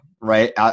right